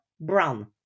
brown